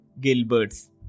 Gilbert's